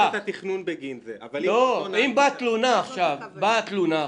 את התכנון בגין זה אבל אם --- אם באה תלונה עכשיו שהרכב